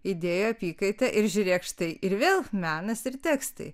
idėjų apykaita ir žiūrėk štai ir vėl menas ir tekstai